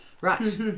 Right